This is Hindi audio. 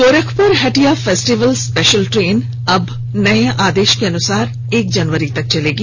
Gorakhpur Hatia festival special train अब नए आदेश के अनुसार एक जनवरी तक चलेगी